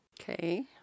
Okay